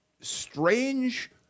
strange